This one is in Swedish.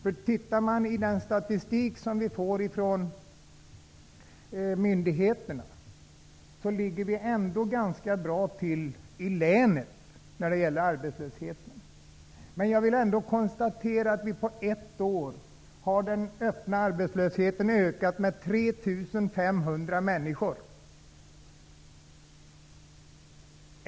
Enligt den stastik som vi får från myndigheterna ligger vi i vårt län ganska bra till när det gäller arbetslösheten. Jag vill ändå konstatera att den öppna arbetslösheten på ett år ökat med 3 500 människor.